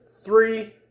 Three